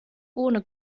ohne